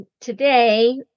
today